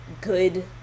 good